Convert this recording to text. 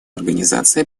организации